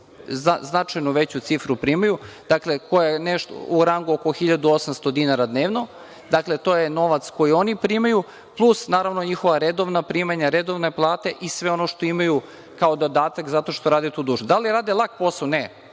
Značajno veću cifru primaju koja je u rangu oko 1.800 dinara dnevno. Dakle, to je novac koji oni primaju, plus njihova redovna primanja, redovne plate i sve ono što imaju kao dodatak zato što rade duže. Da li rade lak posao? Ne.